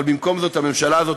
אבל במקום זאת הממשלה הזאת,